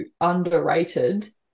underrated